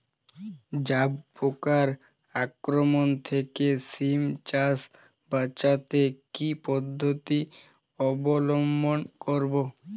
জাব পোকার আক্রমণ থেকে সিম চাষ বাচাতে কি পদ্ধতি অবলম্বন করব?